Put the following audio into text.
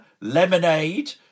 lemonade